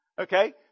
Okay